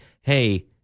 hey